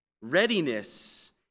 Readiness